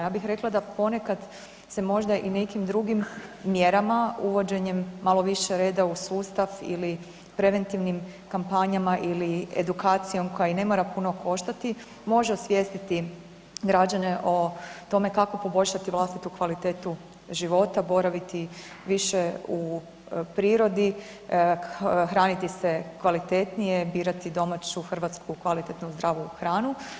Ja bih rekla da ponekad se možda i nekim drugim mjerama uvođenjem malo više reda u sustav ili preventivnim kampanjama ili edukacijom koja i ne mora puno koštati može osvijestiti građane o tome kako poboljšati vlastitu kvalitetu života, boraviti više u prirodi, hraniti se kvalitetnije, birati domaću hrvatsku kvalitetnu zdravu hranu.